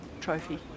trophy